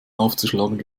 aufzuschlagen